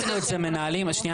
נעמה לזימי (יו"ר הוועדה המיוחדת לענייני צעירים): משפט אחרון.